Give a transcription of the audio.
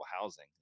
housing